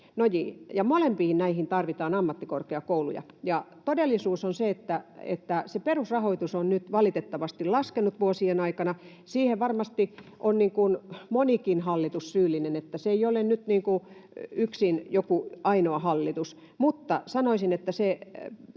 molempiin näihin tarvitaan ammattikorkeakouluja. Todellisuus on, että perusrahoitus on nyt valitettavasti laskenut vuosien aikana. Siihen varmasti on monikin hallitus syyllinen, niin että se ei ole nyt ainoastaan joku yksi hallitus, mutta sanoisin, että